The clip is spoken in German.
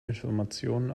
information